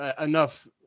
enough